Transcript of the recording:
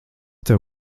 tev